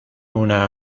una